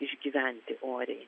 išgyventi oriai